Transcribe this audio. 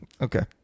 okay